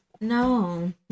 No